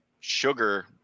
sugar